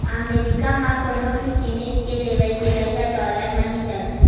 अमरीका म कोनो भी जिनिस के लेवइ देवइ ह डॉलर म ही चलथे